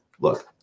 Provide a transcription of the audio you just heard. Look